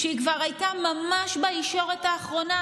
כשהיא כבר הייתה ממש בישורת האחרונה,